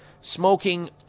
smoking